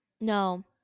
No